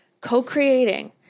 co-creating